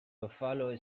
buffalo